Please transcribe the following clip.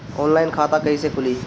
Online खाता कईसे खुलि?